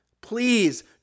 Please